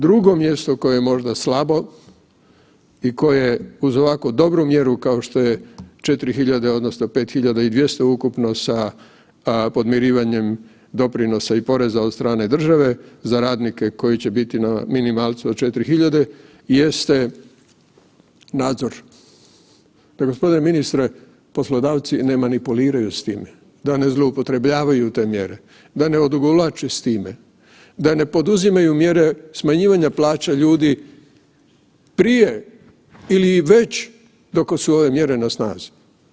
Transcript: Drugo mjesto koje je možda slabo i koje uz ovako dobru mjeru kao što je 4.000,00 odnosno 5.200,00 ukupno sa podmirivanjem doprinosa i poreza od strane države za radnike koji će biti na minimalcu od 4.000,00 jeste nadzor, pa g. ministre poslodavci ne manipuliraju s time, da ne zloupotrebljavaju te mjere, da ne odugovlače s time, da ne poduzimaju mjere smanjivanja plaća ljudi prije ili već dokle su ove mjere na snazi.